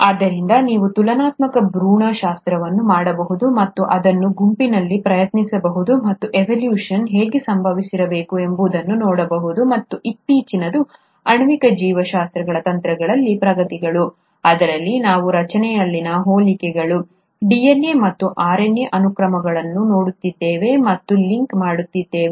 ಆದ್ದರಿಂದ ನೀವು ತುಲನಾತ್ಮಕ ಭ್ರೂಣಶಾಸ್ತ್ರವನ್ನು ಮಾಡಬಹುದು ಮತ್ತು ಅದನ್ನು ಗುಂಪಿನಲ್ಲಿ ಪ್ರಯತ್ನಿಸಬಹುದು ಮತ್ತು ಎವೊಲ್ಯೂಶನ್ ಹೇಗೆ ಸಂಭವಿಸಿರಬೇಕು ಎಂಬುದನ್ನು ನೋಡಬಹುದು ಮತ್ತು ಇತ್ತೀಚಿನದು ಆಣ್ವಿಕ ಜೀವಶಾಸ್ತ್ರದ ತಂತ್ರಗಳಲ್ಲಿನ ಪ್ರಗತಿಗಳು ಇದರಲ್ಲಿ ನಾವು ರಚನೆಯಲ್ಲಿನ ಹೋಲಿಕೆಗಳು DNA ಮತ್ತು RNA ಅನುಕ್ರಮಗಳನ್ನು ನೋಡುತ್ತಿದ್ದೇವೆ ಮತ್ತು ಲಿಂಕ್ ಮಾಡುತ್ತಿದ್ದೇವೆ